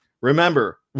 Remember